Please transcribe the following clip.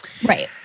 Right